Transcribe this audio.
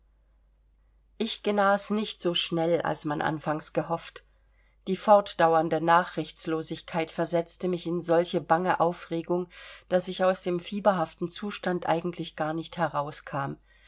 ich genas nicht so schnell als man anfangs gehofft die fortdauernde nachrichtslosigkeit versetzte mich in solche bange aufregung daß ich aus dem fieberhaften zustand eigentlich gar nicht herauskam